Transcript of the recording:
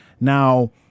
Now